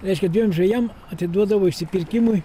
reiškia dviem žvejam atiduodavo išsipirkimui